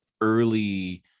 early